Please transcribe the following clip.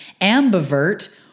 ambivert